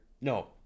No